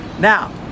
Now